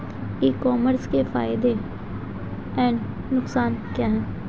ई commerce के फायदे एवं नुकसान क्या हैं?